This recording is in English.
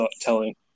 telling